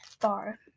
bar